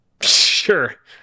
Sure